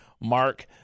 Mark